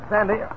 Sandy